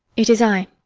it is i.